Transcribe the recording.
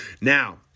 now